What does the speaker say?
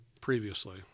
previously